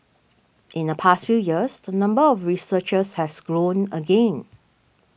in the past few years the number of researchers has grown again